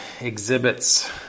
exhibits